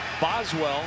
Boswell